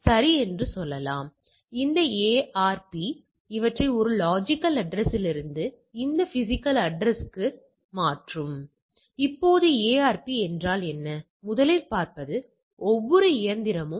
எனவே நான் சில உபகரணங்களை உருவாக்குகிறேன் சில பாகங்களை மூன்று அல்லது நான்கு வெவ்வேறு உபகரணங்களைப் பயன்படுத்தி உருவாக்குகிறேன்